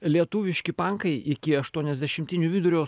lietuviški pankai iki aštuoniasdešimtinių vidurio